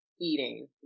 eating